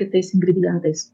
kitais ingredientais